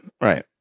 Right